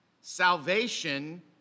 Salvation